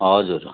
हजुर